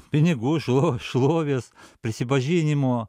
pinigų šlo šlovės prisipažinimo